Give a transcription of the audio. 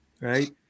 right